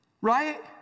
right